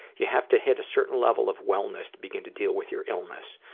you have to hit a certain level of wellness to begin to deal with your illness.